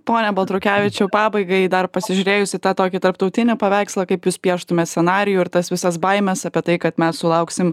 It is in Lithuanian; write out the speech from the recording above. pone baltrukevičiau pabaigai dar pasižiūrėjus į tą tokį tarptautinį paveikslą kaip jūs pieštumėt scenarijų ir tas visas baimes apie tai kad mes sulauksim